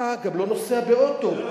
אתה גם לא נוסע באוטו,